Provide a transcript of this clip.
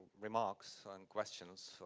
remarks and questions.